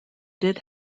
did